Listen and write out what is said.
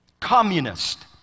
Communist